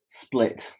split